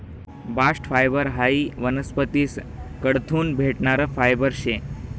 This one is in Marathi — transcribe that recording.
बास्ट फायबर हायी वनस्पतीस कडथून भेटणारं फायबर शे